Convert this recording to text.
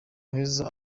heza